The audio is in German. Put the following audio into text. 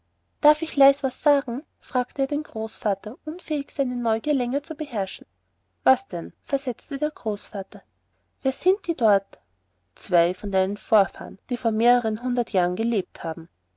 darf ich leis was sagen fragte er den grafen unfähig seine neugierde länger zu beherrschen was denn versetzte der großvater wer sind denn die dort zwei von deinen vorfahren die vor mehreren hundert jahren gelebt haben